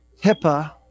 HIPAA